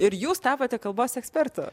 ir jūs tapote kalbos ekspertu